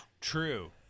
true